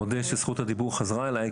אני מודה שזכות הדיבור חזרה אלי,